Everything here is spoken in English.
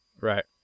Right